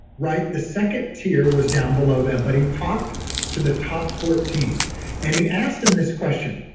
right? the second tier was down below them, but he talked to the top fourteen and he asked him this question,